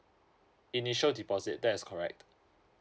initial deposit that is correct